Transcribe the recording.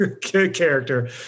character